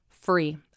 free